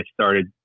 started